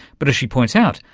but, as she points out,